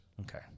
Okay